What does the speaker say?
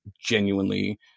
genuinely